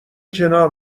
کنار